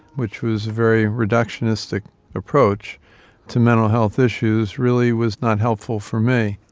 which was a very reductionistic approach to mental health issues, really was not helpful for me.